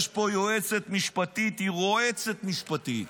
יש פה יועצת משפטית, היא רועצת משפטית,